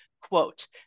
quote